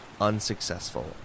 unsuccessful